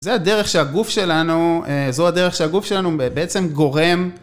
זה הדרך שהגוף שלנו, זו הדרך שהגוף שלנו בעצם גורם